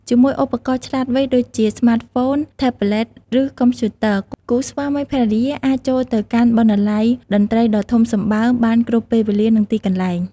ជាមួយឧបករណ៍ឆ្លាតវៃដូចជាស្មាតហ្វូន ថេបប្លេត ឬកុំព្យូទ័រ គូស្វាមីភរិយាអាចចូលទៅកាន់បណ្ណាល័យតន្ត្រីដ៏ធំសម្បើមបានគ្រប់ពេលវេលា និងទីកន្លែង។